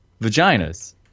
vaginas